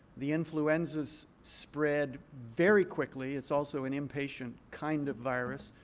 the influenzas spread very quickly. it's also an impatient kind of virus.